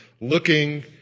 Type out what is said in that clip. looking